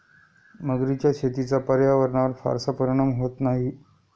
मगरीच्या शेतीचा पर्यावरणावर फारसा परिणाम होत नाही